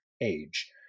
age